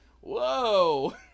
Whoa